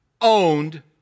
owned